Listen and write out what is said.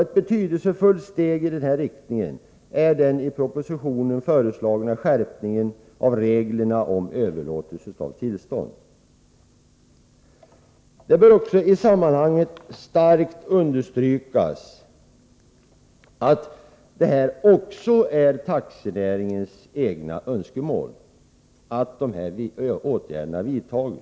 Ett betydelsefullt steg i den riktningen är den i propositionen föreslagna skärpningen av reglerna om överlåtelse av tillstånd. Det bör i sammanhanget kraftigt understrykas att det också är taxinäringens eget önskemål att dessa åtgärder vidtas.